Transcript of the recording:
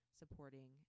supporting